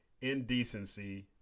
indecency